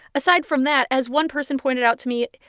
aside from that, as one person pointed out to me,